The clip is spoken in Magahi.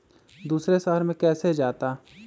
दूसरे शहर मे कैसे जाता?